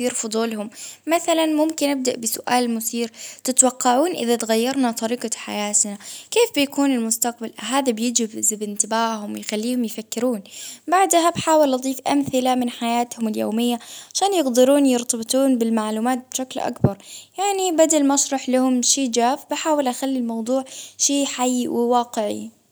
يرفضوا لهم، مثلا ممكن ابدأ بسؤال مثير تتوقعون اذا تغيرنا طريقة حياتنا? كيف بيكون المستقبل هذا بيجي بانتباههم ويخليهم يفكرون? بعدها بحاول اضيف امثلة من حياتهم اليومية كانوا يقدرون يرتبطون بالم بشكل اكبر. يعني بدل ما اشرح لهم شيء جاف بحاول اخلي الموضوع فيه حي وواقعي